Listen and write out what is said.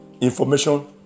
information